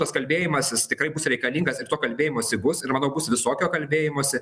tas kalbėjimasis tikrai bus reikalingas ir to kalbėjimosi bus ir manau bus visokio kalbėjimosi